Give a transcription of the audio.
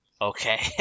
okay